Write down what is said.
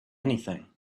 anything